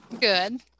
Good